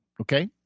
Okay